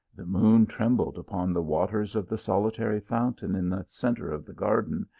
the moon trembled upon the waters of the solitary fountain in the centre of the garden,